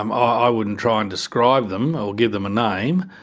um ah i wouldn't try and describe them or give them a name,